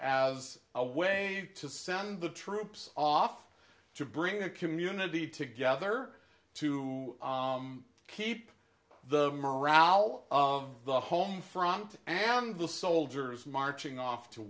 as a way to send the troops off to bring the community together to keep the morale of the home front and the soldiers marching off to